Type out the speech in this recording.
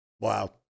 wow